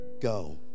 Go